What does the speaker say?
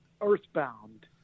earthbound